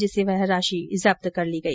जिससे वह राशि जब्त कर ली गई